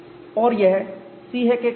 और यह सिह के कारण है